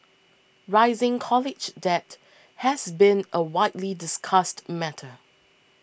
rising college debt has been a widely discussed matter